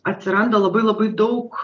atsiranda labai labai daug